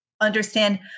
understand